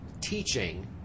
teaching